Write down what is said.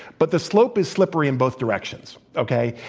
but the slope is slippery in both directions, okay?